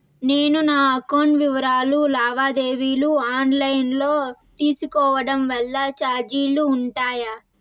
నేను నా అకౌంట్ వివరాలు లావాదేవీలు ఆన్ లైను లో తీసుకోవడం వల్ల చార్జీలు ఉంటాయా?